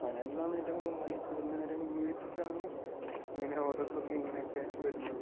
വയനാട്ടിലാണ് ഏറ്റവും കൂടുതൽ മയക്കു മരുന്ന് കാര്യങ്ങളും ഉപയോഗിച്ചിട്ടാണ് ഇങ്ങനെ ഓരോരുത്തർക്ക് ഇങ്ങനെയെക്കെ വരുന്നത്